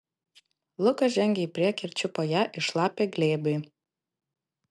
lukas žengė į priekį ir čiupo ją į šlapią glėbį